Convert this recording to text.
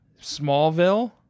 Smallville